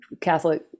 Catholic